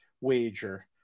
wager